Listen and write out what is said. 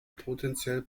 potenziell